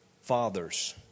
fathers